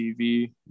TV